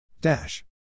dash